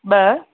पंज